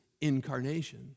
incarnation